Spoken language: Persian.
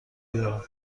بیارم